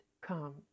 come